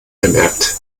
bemerkt